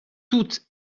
tout